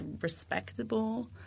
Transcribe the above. respectable